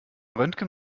röntgen